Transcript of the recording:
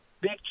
big